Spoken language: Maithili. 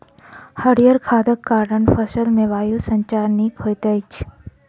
हरीयर खादक कारण फसिल मे वायु संचार नीक होइत अछि